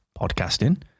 podcasting